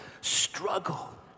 struggle